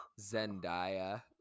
Zendaya